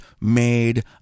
made